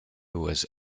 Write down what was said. was